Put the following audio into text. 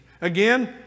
Again